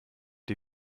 die